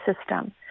system